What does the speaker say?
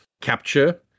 capture